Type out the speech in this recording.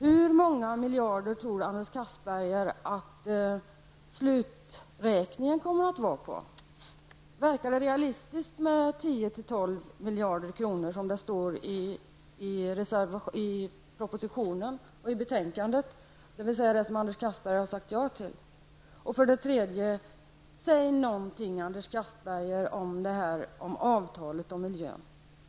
Hur många miljarder tror Anders Castberger att sluträkningen kommer att lyda på? Verkar det realistiskt med 10--12 miljarder kronor, vilket anges i propositionen och betänkandet, dvs. det belopp som Anders Castberger har sagt ja till. Säg någonting, Anders Castberger, om avtalet om miljön!